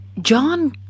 John